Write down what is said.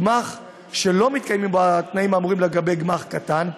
גמ"ח שלא מתקיימים בו התנאים האמורים לגבי גמ"ח קטן,